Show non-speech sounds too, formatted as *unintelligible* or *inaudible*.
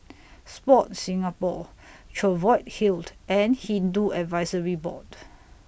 Sport Singapore Cheviot Hill *unintelligible* and Hindu Advisory Board